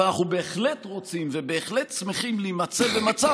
אבל אנחנו בהחלט רוצים ובהחלט שמחים להימצא במצב